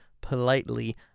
politely